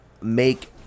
make